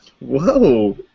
Whoa